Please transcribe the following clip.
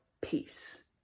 peace